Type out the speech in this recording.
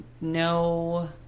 no